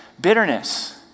Bitterness